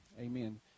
amen